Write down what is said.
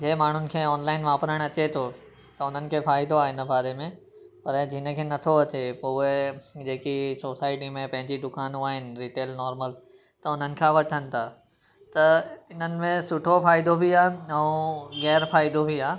जंहिं माण्हुनि खे ऑनलाइन वापरणु अचे थो त उन्हनि खे फ़ाइदो आहे इन बारे में पर जंहिंखें नथो अचे पोइ उहे जेकी सोसाइटी में पंहिंजी दुकानूं आहिनि रिटेल नॉर्मल त उन्हनि खां वठनि था त इन्हनि में सुठो फ़ाइदो बि आहे ऐं ग़ैरु फ़ाइदो बि आहे